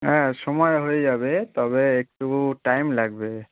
হ্যাঁ সময় হয়ে যাবে তবে একটু টাইম লাগবে